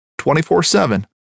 24-7